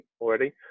already